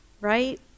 right